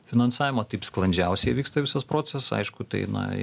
finansavimo taip sklandžiausiai vyksta visas procesas aišku tai na